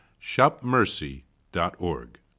shopmercy.org